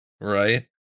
Right